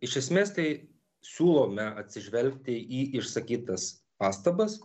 iš esmės tai siūlome atsižvelgti į išsakytas pastabas